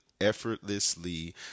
effortlessly